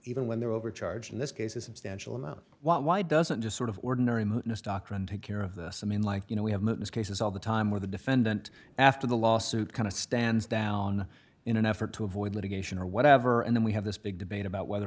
even when they're overcharging this case a substantial amount why doesn't just sort of ordinary mootness doctrine take care of this i mean like you know we have most cases all the time where the defendant after the lawsuit kind of stands down in an effort to avoid litigation or whatever and then we have this big debate about whether